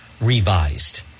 revised